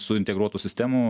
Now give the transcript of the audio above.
su integruotų sistemų